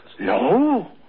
No